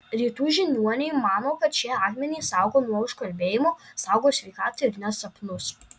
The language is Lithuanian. rytų žiniuoniai mano kad šie akmenys saugo nuo užkalbėjimo saugo sveikatą ir net sapnus